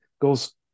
goes